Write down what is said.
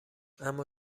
اما